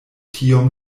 tiom